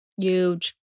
Huge